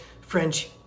French